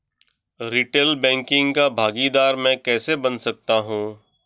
Retail banking का भागीदार मैं कैसे बन सकता हूँ?